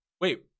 wait